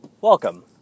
Welcome